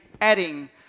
adding